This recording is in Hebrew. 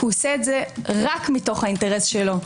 כי הוא עושה את זה רק מתוך האינטרס שלו.